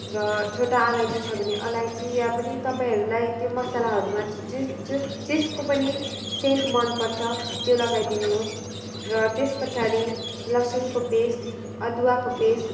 र छोटा अलैँची छ भने अलैँची या पनि तपाईँहरूलाई त्यो मसालाहरू मा जेस जेस जेको पनि सेन्ट मन पर्छ त्यो लगाइदिनुहोस् र त्यस पछाडि लसुनको पेस्ट अदुवाको पेस्ट